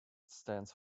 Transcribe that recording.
stands